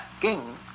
king